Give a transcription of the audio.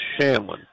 Shamlin